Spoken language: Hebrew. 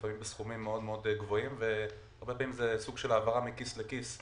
לפעמים בסכומים גבוהים מאוד והרבה פעמים זה סוג של העברה מכיס לכיס.